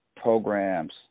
programs